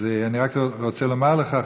אז אני רק רוצה לומר לך,